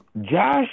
Josh